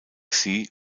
sea